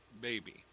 baby